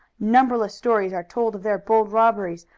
numberless stories are told of their bold robberies,